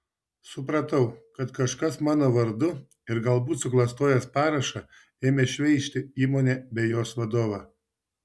supratau kad kažkas mano vardu ir galbūt suklastojęs parašą ėmė šmeižti įmonę bei jos vadovą